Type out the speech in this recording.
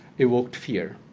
evoked fear.